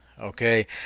okay